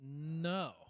no